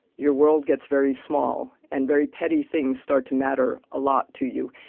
your world gets very small and very petty things start to matter a lot to you.